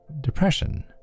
depression